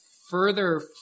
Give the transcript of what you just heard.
further